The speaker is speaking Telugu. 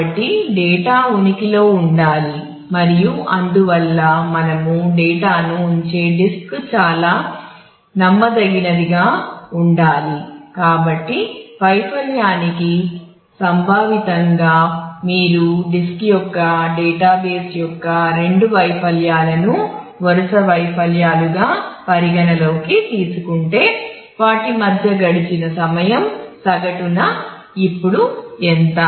కాబట్టి డేటా ఉనికిలో ఉండాలి మరియు అందువల్ల మనము డేటాను ఉంచే డిస్క్ యొక్క రెండు వైఫల్యాలను వరుస వైఫల్యాలుగా పరిగణనలోకి తీసుకుంటే వాటి మధ్య గడిచిన సమయం సగటున ఇప్పుడు ఎంత